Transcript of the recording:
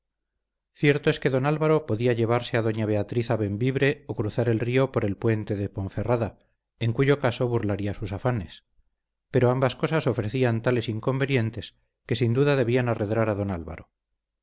cierto es que don álvaro podía llevarse a doña beatriz a bembibre o cruzar el río por el puente de ponferrada en cuyo caso burlaría sus afanes pero ambas cosas ofrecían tales inconvenientes que sin duda debían arredrar a don álvaro